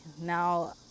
Now